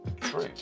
true